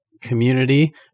community